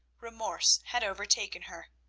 remorse had overtaken her,